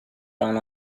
down